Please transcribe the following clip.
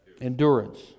endurance